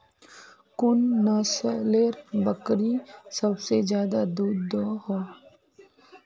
कुन नसलेर बकरी सबसे ज्यादा दूध दो हो?